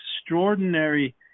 extraordinary